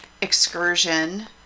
excursion